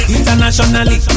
Internationally